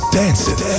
dancing